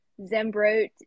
Zembrot